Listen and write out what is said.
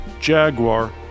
Jaguar